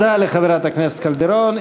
תודה לחברת הכנסת קלדרון.